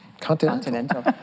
Continental